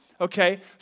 okay